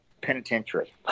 Penitentiary